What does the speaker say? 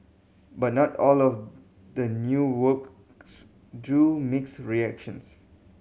but not all of the new works drew mixed reactions